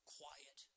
quiet